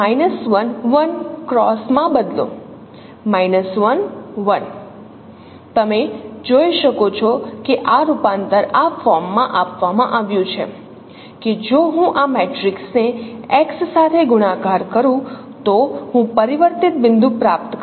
છબીને 11 X માં બદલો 11 તમે જોઈ શકો છો કે આ રૂપાંતર આ ફોર્મમાં આપવામાં આવ્યું છે કે જો હું આ મેટ્રિક્સને x સાથે ગુણાકાર કરું તો હું પરિવર્તિત બિંદુ પ્રાપ્ત કરીશ